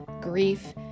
grief